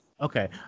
Okay